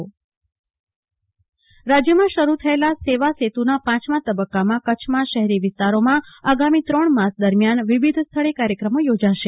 કુલ્પના શાહ જિલ્લામાં સેવાસેતુ રાજ્યમાં શરૂ થયેલા સેવા સેતુના પાંચમા તબક્કામં કચ્છમાં શહેરી વિસ્તારોમાં આગામી ત્રણ માસ દરમિયાન વિવિધ સ્થળે કાર્યક્રમો યોજાશે